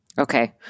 Okay